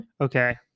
Okay